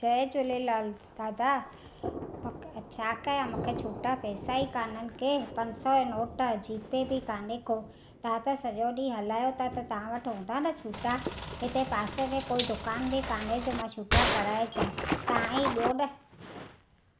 जय झूलेलाल दादा पक छा कया मूंखे छुटा पैसा ई कान्हनि की पंज सौ जो नोट जी पे बि काने को तव्हां त सॼो ॾींहुं हलायो था त तव्हां वटि हूंदा न छुटा हिते पासे में कोई दुकान बि काने जो मां छुटा कराए अचा तव्हां ई ॾियो न